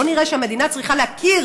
לא נראה למדינה שהיא צריכה להכיר